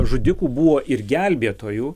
žudikų buvo ir gelbėtojų